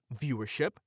Viewership